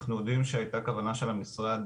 אנחנו יודעים שהייתה כוונה של המשרד,